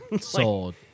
Sold